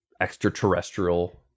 extraterrestrial